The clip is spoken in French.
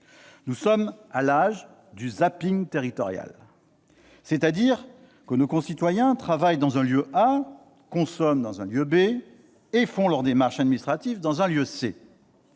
Nous sommes à l'âge du « zapping » territorial, c'est-à-dire que nos concitoyens travaillent dans un lieu A, consomment dans un lieu B et font leurs démarches administratives dans un lieu C.